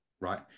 right